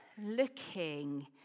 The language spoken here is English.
looking